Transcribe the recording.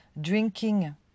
drinking